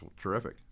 terrific